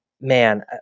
man